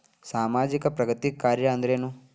ಸಾಮಾಜಿಕ ಪ್ರಗತಿ ಕಾರ್ಯಾ ಅಂದ್ರೇನು?